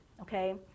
okay